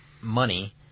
money